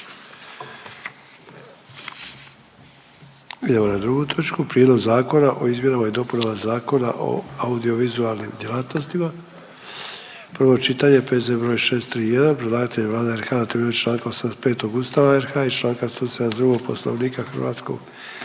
Idemo na drugu točku - Prijedlog zakona o izmjenama i dopunama Zakona o audiovizualnim djelatnostima, prvo čitanje, P.Z. br. 631. Predlagatelj je Vlada RH na temelju članka 85. Ustava RH i članka 172. Poslovnika Hrvatskog